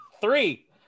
Three